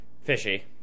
fishy